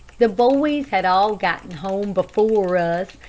the boys had all gotten home before us,